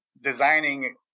designing